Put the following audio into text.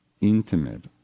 intimate